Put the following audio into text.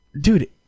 dude